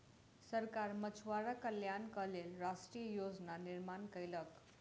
सरकार मछुआरा कल्याणक लेल राष्ट्रीय योजना निर्माण कयलक